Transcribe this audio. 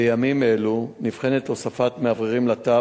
בימים אלו נבחנת הוספת מאווררים לתא